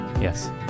Yes